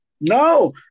No